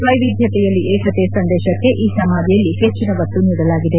ವೈವಿಧ್ಯತೆಯಲ್ಲಿ ಏಕತೆ ಸಂದೇಶಕ್ಕೆ ಈ ಸಮಾಧಿಯಲ್ಲಿ ಹೆಚ್ಚನ ಒತ್ತು ನೀಡಲಾಗಿದೆ